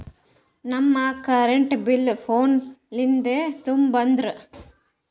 ನಮ್ current bill ಫೋನ ಲಿಂದೇ ತುಂಬೌದ್ರಾ?